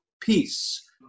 peace